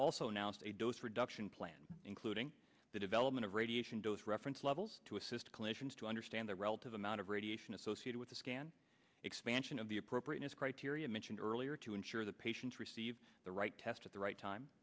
reduction plan including the development of radiation dose reference levels to assist clinicians to understand the relative amount of radiation associated with the scan expansion of the appropriateness criteria mentioned earlier to ensure that patients receive the right test at the right time